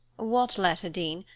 what letter, dean?